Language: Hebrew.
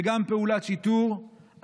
וגם פעולת שיטור,